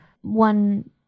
one